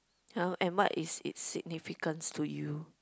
oh and what is its significance to you